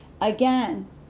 again